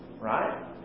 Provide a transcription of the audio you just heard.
Right